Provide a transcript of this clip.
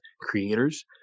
creators